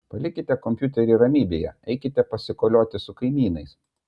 palikite kompiuterį ramybėje eikite pasikolioti su kaimynais